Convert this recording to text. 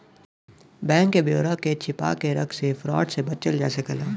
bank क ब्यौरा के छिपा के रख से फ्रॉड से बचल जा सकला